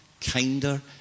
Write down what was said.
kinder